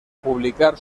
publicar